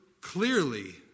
clearly